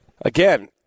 Again